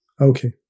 okay